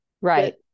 Right